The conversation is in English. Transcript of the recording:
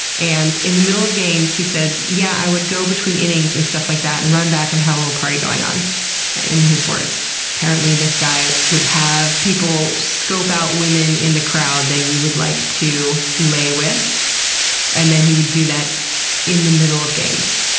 and in the middle of games he says, yeah, i'd go between innings and stuff like that and run back and have a little party going on. in his words. apparently, this guy would have people scope out women in the crowd that he would like to lay with and then he would do that in the middle of games.